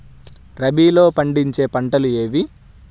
రబీలో పండించే పంటలు ఏవి?